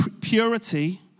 purity